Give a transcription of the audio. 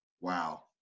wow